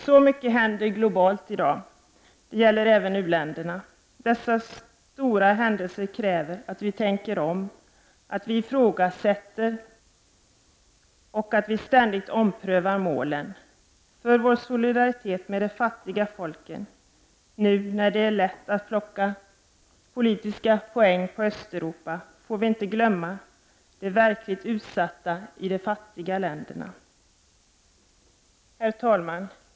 Så mycket händer i dag globalt. Det gäller även u-länderna. Dessa stora händelser kräver att vi tänker om, att vi ifrågasätter och att vi ständigt omprövar målen för vår solidaritet med de fattiga folken. Nu när det är lätt att plocka politiska poäng på Östeuropa får vi inte glömma de verkligt utsatta i de fattiga länderna. Herr talman!